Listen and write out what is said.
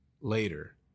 later